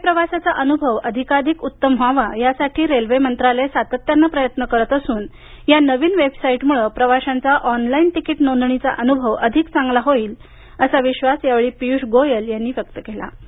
रेल्वेप्रवासाचा अनुभव अधिकधिक उत्तम व्हावा यासाठी रेल्वे मंत्रालय सातत्यानं प्रयत्न करत असून या नवीन वेबसाईटमुळे प्रवाशांचा ऑनलाईन तिकीट नोंदणीचा अनुभव अधिक चांगला होईल असं या वेळी पीयूष गोयल यांनी सांगितलं